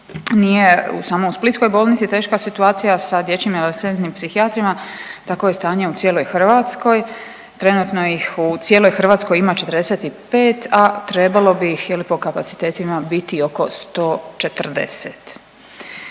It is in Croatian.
Nije samo u Splitskoj bolnici teška situacija sa dječjim adolescentnim psihijatrijama tako je stanje u cijeloj Hrvatskoj. Trenutno ih u cijeloj Hrvatskoj ima 45, a trebalo bi ih po kapacitetima biti oko 140.